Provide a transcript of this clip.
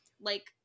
like-